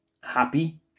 happy